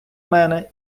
мене